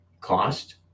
cost